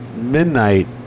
midnight